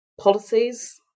policies